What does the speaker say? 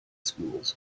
schools